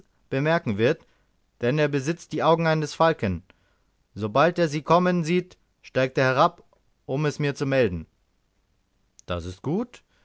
bemerken wird denn er besitzt die augen eines falken sobald er sie kommen sieht steigt er herab um es mir zu melden das ist gut